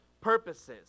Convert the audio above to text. purposes